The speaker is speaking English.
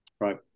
Right